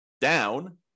down